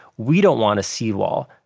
we don't want a seawall,